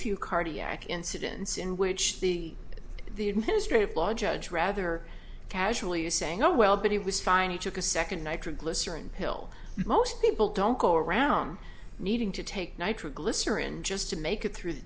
few cardiac incidents in which the the administrative law judge rather casually is saying oh well but he was fine he took a second nitroglycerin pill most people don't go around needing to take nitroglycerin just to make it through the